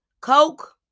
Coke